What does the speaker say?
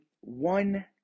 one